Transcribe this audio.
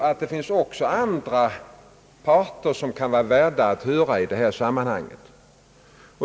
Men det finns också andra parter som kan vara värda att höra i detta sammanhang.